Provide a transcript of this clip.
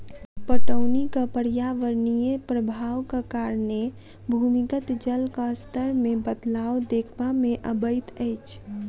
पटौनीक पर्यावरणीय प्रभावक कारणें भूमिगत जलक स्तर मे बदलाव देखबा मे अबैत अछि